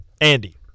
Andy